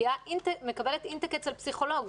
מקבלת אינטק אצל פסיכולוג.